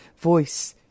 voice